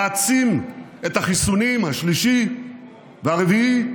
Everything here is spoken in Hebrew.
להעצים את החיסונים, השלישי והרביעי.